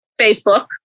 Facebook